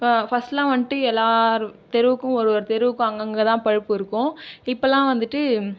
ஃபஸ்டுல்லாம் வன்ட்டு எல்லார் தெருவுக்கும் ஒருஒரு தெருவுக்கும் அங்கங்கதான் பைப் இருக்கும் இப்பல்லாம் வந்துட்டு